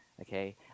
okay